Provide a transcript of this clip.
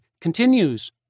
continues